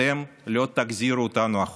אתם לא תחזירו אותנו אחורה.